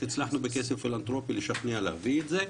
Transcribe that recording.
שהצלחנו בכסף פילנתרופי לשכנע להביא את זה.